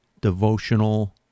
devotional